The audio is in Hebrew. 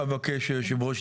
יושב הראש,